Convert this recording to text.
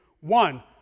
One